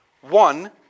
One